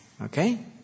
Okay